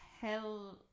hell